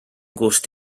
gust